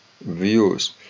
views